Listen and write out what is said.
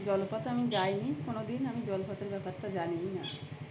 জলপথে আমি যাই নি কোনো দিন আমি জলপথের ব্যাপারটা জানি নি না